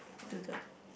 do the